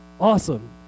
Awesome